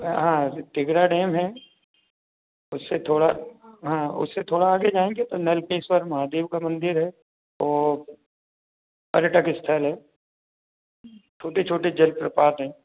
हाँ तिघरा डैम है उससे थोड़ा हाँ उससे थोड़ा आगे जाएँगे तो नरकेश्वर महादेव का मंदिर है और पर्यटन स्थल है छोटे छोटे जलप्रपात है